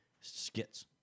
skits